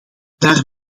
daar